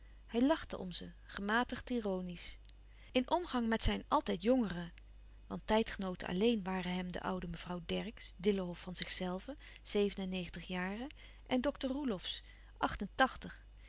hij lachte om ze gematigd ironiesch in omgang met zijn altijd jongeren want tijdgenooten alleen waren hem de oude mevrouw dercksz dillenhof van zichzelve zeven en negentig jaren en dokter roelofsz